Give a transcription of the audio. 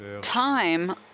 Time